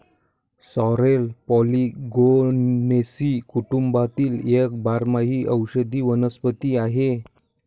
sorrel Polygonaceae कुटुंबातील एक बारमाही औषधी वनस्पती आहे